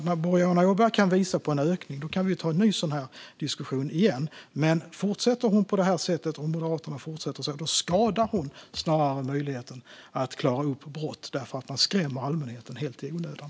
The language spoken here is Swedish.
När Boriana Åberg kan visa på en ökning kan vi ha en ny diskussion, men om hon och Moderaterna fortsätter på det här sättet snarare skadar de möjligheterna att klara upp brott eftersom det skrämmer allmänheten helt i onödan.